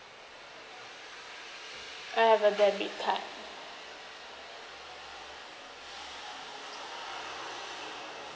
I have a debit card